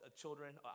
children